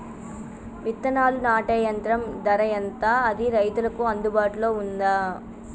విత్తనాలు నాటే యంత్రం ధర ఎంత అది రైతులకు అందుబాటులో ఉందా?